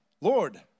Lord